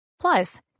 plus